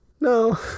No